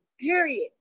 Period